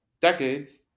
decades